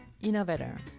innovator